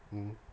mm